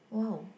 wow